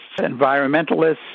environmentalists